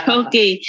okay